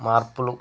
మార్పులు